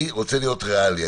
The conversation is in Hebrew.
אני רוצה להיות ריאלי,